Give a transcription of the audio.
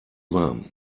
warm